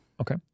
Okay